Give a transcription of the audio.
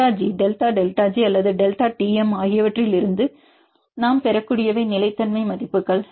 delta G delta delta G அல்லது delta T m ஆகியவற்றிலிருந்து நாம் பெறக்கூடியவை நிலைத்தன்மை மதிப்புகள்